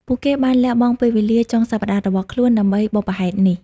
ពួកគេបានលះបង់ពេលវេលាចុងសប្ដាហ៍របស់ខ្លួនដើម្បីបុព្វហេតុនេះ។